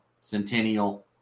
centennial